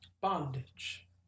bondage